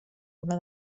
una